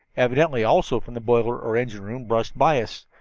evidently also from the boiler or engine room, brushed by us.